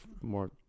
more